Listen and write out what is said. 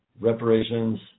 reparations